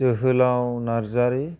जोहोलाव नार्जारि